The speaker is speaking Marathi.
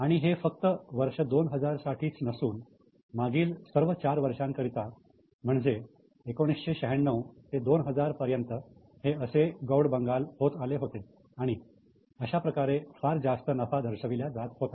आणि हे फक्त वर्ष 2000 साठी नसून मागील सर्व चार वर्षांकरिता म्हणजे 1996 ते 2000 पर्यंत हे असे गौडबंगाल होत आले होते आणि अशाप्रकारे फार जास्त नफा दर्शविल्या जात होता